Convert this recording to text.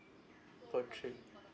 per trip